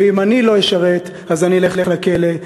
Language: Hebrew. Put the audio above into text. ואם אני לא אשרת אני אלך לכלא,